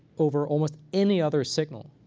over almost any other signal,